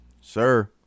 Sir